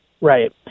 Right